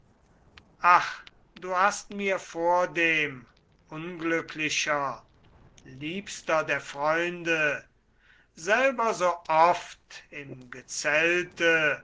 ach du hast mir vordem unglücklicher liebster der freunde selber so oft im gezelte